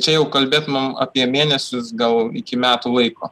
čia jau kalbėt mum apie mėnesius gal iki metų laiko